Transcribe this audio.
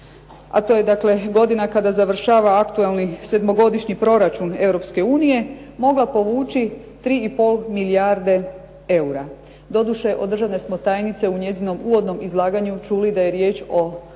a to je dakle godina kada završava aktualni sedmogodišnji proračun Europske unije mogla povući tri i pol milijarde eura. Doduše od državne smo tajnice u njezinom uvodnom izlaganju čuli da je riječ o 2,6